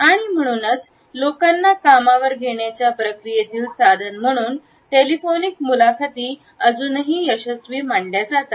आणि म्हणूनच लोकांना कामावर घेण्याच्या प्रक्रियेतील साधन म्हणून टेलिफोनिक मुलाखती अजूनही यशस्वी मानल्या जातात